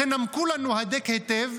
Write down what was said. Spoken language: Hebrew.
תנמקו לנו הדק היטב,